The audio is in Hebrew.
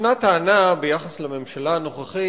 קיימת טענה ביחס לממשלה הנוכחית,